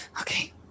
Okay